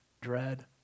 dread